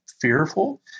fearful